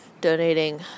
Donating